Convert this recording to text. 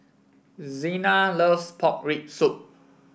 Xena loves Pork Rib Soup